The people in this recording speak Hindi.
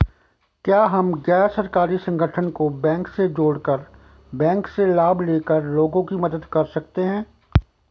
क्या हम गैर सरकारी संगठन को बैंक से जोड़ कर बैंक से लाभ ले कर लोगों की मदद कर सकते हैं?